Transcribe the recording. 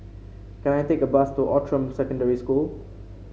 can I take a bus to Outram Secondary School